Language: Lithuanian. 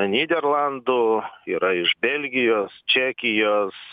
nyderlandų yra iš belgijos čekijos